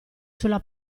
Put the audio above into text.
sulla